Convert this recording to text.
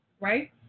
Right